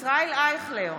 ישראל אייכלר,